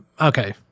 okay